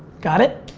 got it?